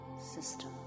system